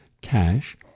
cash